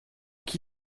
qui